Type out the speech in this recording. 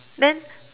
then